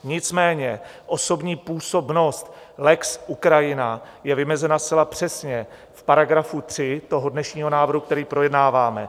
Nicméně osobní působnost lex Ukrajina je vymezena zcela přesně v § 3 dnešního návrhu, který projednáváme.